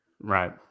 Right